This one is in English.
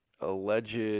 alleged